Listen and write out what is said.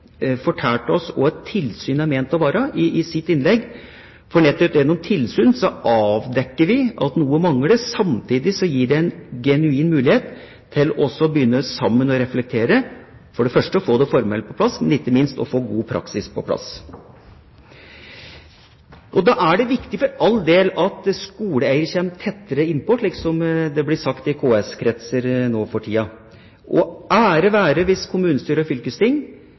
tilsyn er ment å være. For nettopp gjennom tilsyn avdekker vi at noe mangler, og samtidig gir det en genuin mulighet til sammen å begynne å reflektere – for det første å få det formelle på plass, men ikke minst å få en god praksis på plass. Og da er det viktig, for all del, at skoleeieren kommer tettere innpå, slik som det blir sagt i KS-kretser nå for tida. Ære være folk i kommunestyrer og fylkesting